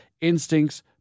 instincts